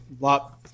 lot